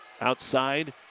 Outside